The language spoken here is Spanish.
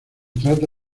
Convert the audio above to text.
trata